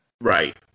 Right